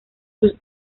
sus